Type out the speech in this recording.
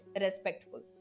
respectful